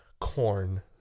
corn